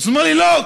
אז הוא אמר לי: לא,